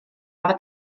efo